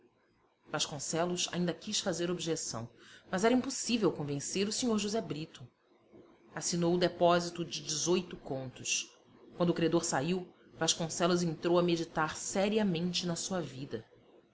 vasconcelos ainda quis fazer objeção mas era impossível convencer o sr josé brito assinou o depósito de dezoito contos quando o credor saiu vasconcelos entrou a meditar seriamente na sua vida